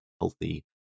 healthy